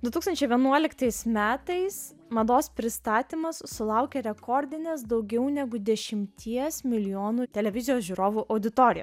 du tūkstančiai vienuoliktais metais mados pristatymas sulaukė rekordinės daugiau negu dešimties milijonų televizijos žiūrovų auditoriją